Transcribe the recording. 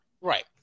Right